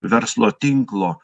verslo tinklo